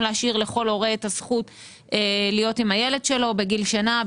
להשאיר לכל הורה את הזכות להיות עם הילד שלו בגיל שנה,